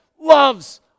loves